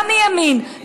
גם מימין,